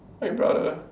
my brother